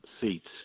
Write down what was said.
seats